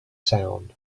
sound